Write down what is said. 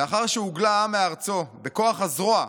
"לאחר שהוגלה העם מארצו בכוח הזרוע,